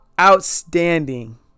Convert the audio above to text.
Outstanding